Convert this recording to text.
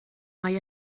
mae